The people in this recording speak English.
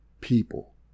people